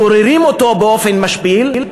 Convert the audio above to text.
גוררים אותו באופן משפיל.